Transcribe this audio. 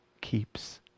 keeps